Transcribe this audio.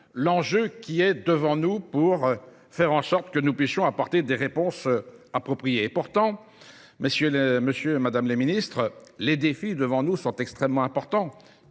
l'enjeu qui est devant nous pour faire en sorte que nous puissions apporter des réponses appropriées. Monsieur et Madame les Ministres, les défis devant nous sont extrêmement importants.